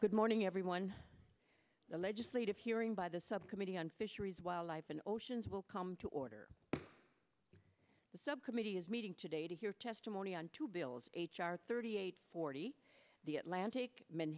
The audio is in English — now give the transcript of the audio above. good morning everyone the legislative hearing by the subcommittee on fisheries wildlife and oceans will come to order the subcommittee is meeting today to hear testimony on two bills h r thirty eight forty the atlantic men